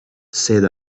said